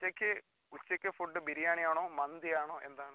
ഉച്ചക്ക് ഉച്ചക്ക് ഫുഡ്ഡ് ബിരിയാണിയാണോ മന്തിയാണോ എന്താണ്